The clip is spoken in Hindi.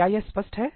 क्या यह स्पष्ट है